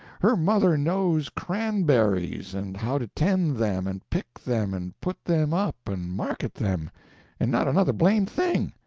her mother knows cranberries, and how to tend them, and pick them, and put them up, and market them and not another blamed thing!